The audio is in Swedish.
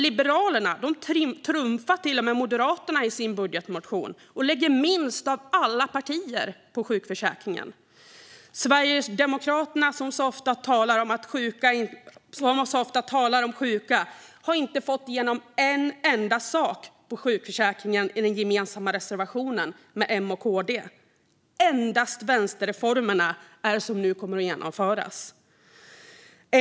Liberalerna trumfar till och med Moderaterna i sin budgetmotion och lägger minst av alla partier på sjukförsäkringen. Sverigedemokraterna, som ofta talar om sjuka, har inte fått igenom en enda sak i sjukförsäkringen i den gemensamma reservationen med M och KD. Endast vänsterreformerna är det som nu kommer att genomföras.